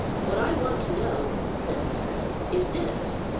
what i want to know, said larry, is this.